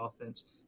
offense